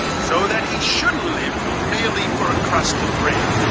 so that he shouldn't live merely for a crust of bread,